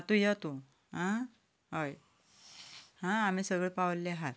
यो तूं आं हय आं आमीं सगळीं पाविल्ली आसात